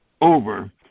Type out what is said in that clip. over